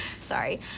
Sorry